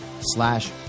slash